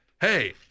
Hey